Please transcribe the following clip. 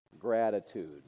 gratitude